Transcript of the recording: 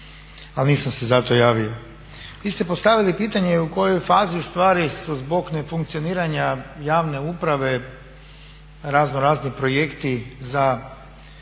Ali nisam se zato javio. Vi ste postavili pitanje u kojoj fazi u stvari su zbog nefunkcioniranja javne uprave razno razni projekti za